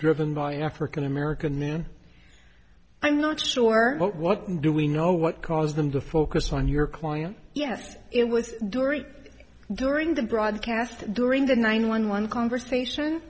driven by an african american man i'm not sure but what do we know what caused them to focus on your client yes it was during during the broadcast during the nine one one conversation